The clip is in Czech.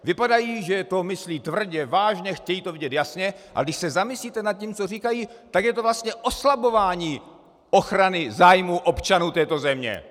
Vypadají, že to myslí tvrdě, vážně, chtějí to vidět jasně, ale když se zamyslíte nad tím, co říkají, tak je to vlastně oslabování ochrany zájmů občanů této země.